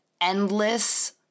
endless